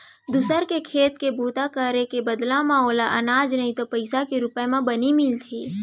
दूसर के खेत के बूता करे के बदला म ओला अनाज नइ तो पइसा के रूप म बनी मिलथे